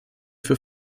für